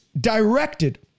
directed